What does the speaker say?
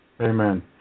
Amen